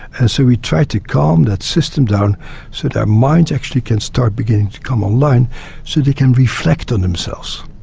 and so we try to calm that system down so their minds actually can start beginning to come on line so they can reflect on themselves.